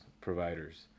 providers